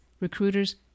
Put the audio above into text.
recruiters